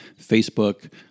Facebook